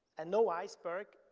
and no iceberg,